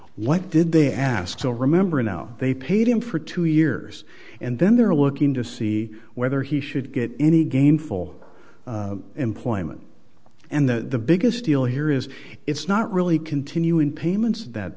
why did they ask so remember now they paid him for two years and then they're looking to see whether he should get any game full employment and the biggest deal here is it's not really continuing payments at that